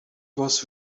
was